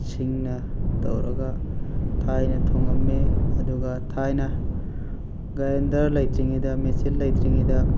ꯁꯤꯡꯅ ꯇꯧꯔꯒ ꯊꯥꯏꯅ ꯊꯣꯉꯝꯃꯦ ꯑꯗꯨꯒ ꯊꯥꯏꯅ ꯒ꯭ꯔꯥꯏꯟꯗꯔ ꯂꯩꯇ꯭ꯔꯤꯉꯩꯗ ꯃꯦꯆꯤꯟ ꯂꯩꯇ꯭ꯔꯤꯉꯩꯗ